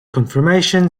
conformation